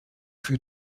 für